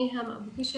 אני האמה אבו קשק,